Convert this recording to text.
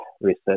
research